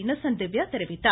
Innocent Divya தெரிவித்தார்